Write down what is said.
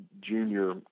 junior